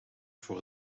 voor